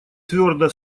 твердо